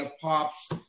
Pops